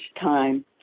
time